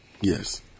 Yes